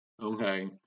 Okay